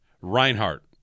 Reinhardt